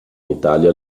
italia